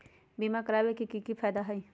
बीमा करबाबे के कि कि फायदा हई?